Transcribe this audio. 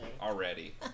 Already